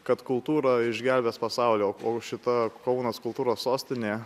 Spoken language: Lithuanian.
kad kultūra išgelbės pasaulį o šita kaunas kultūros sostinė